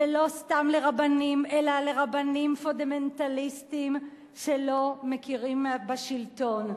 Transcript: ולא סתם לרבנים אלא לרבנים פונדמנטליסטים שלא מכירים בשלטון.